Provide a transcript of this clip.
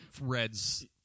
Reds